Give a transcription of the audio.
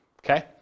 Okay